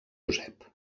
josep